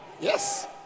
Yes